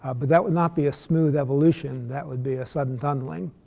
ah but that would not be a smooth evolution. that would be a sudden tunneling.